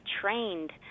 trained